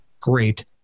great